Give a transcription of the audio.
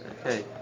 Okay